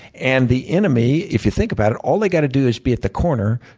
and the enemy, if you think about it, all they've got to do is be at the corner,